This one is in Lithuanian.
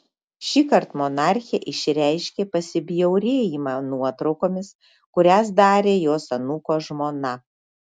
šįkart monarchė išreiškė pasibjaurėjimą nuotraukomis kurias darė jos anūko žmona